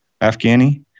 Afghani